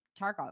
Tarkov